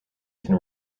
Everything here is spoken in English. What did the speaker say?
can